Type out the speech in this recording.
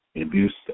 Abuse